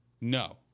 No